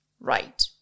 right